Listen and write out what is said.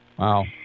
Wow